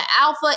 alpha